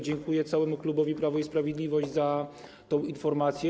Dziękuję całemu klubowi Prawo i Sprawiedliwość za tę informację.